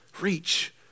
reach